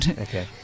Okay